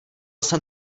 jsem